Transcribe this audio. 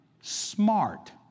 smart